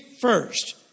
first